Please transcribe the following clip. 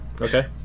Okay